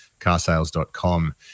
carsales.com